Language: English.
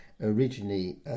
originally